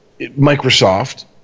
Microsoft